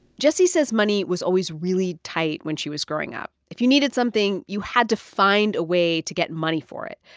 jessie says money was always really tight when she was growing up. if you needed something, you had to find a way to get money for it.